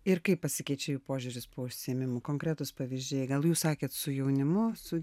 ir kaip pasikeičia jų požiūris po užsiėmimų konkretūs pavyzdžiai gal jūs sakėt su jaunimu su